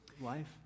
life